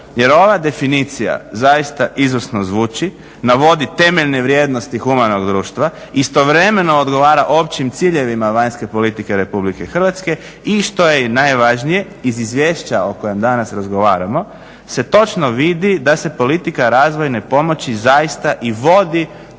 jer ova definicija zaista izvrsno zvuči, navodi temeljen vrijednosti humanog društva, istovremeno odgovara općim ciljevima vanjske politike RH i što je i najvažnije iz izvješća o kojem danas razgovaramo se točno vidi da se politika razvojne pomoći zaista i vodi